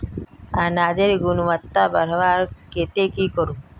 अनाजेर गुणवत्ता बढ़वार केते की करूम?